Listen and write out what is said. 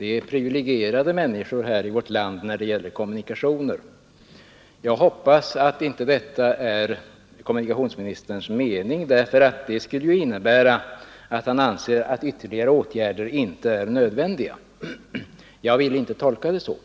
är privilegierade människor i vårt land när det gäller kommunikationer. Jag hoppas att detta inte är kommunikationsministerns mening, för det skulle innebära att han anser att ytterligare åtgärder inte är nödvändiga. Jag vill inte tolka det så.